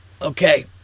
Okay